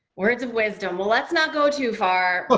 words of wisdom. well, let's not go too far. but